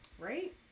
Right